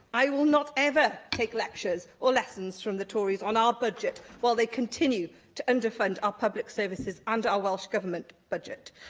i will not ever take lectures or lessons from the tories on our budget while they continue to underfund our public services and our welsh government budget.